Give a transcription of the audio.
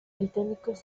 británicos